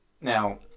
Now